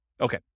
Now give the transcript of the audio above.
Okay